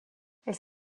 elles